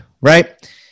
right